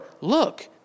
look